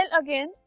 again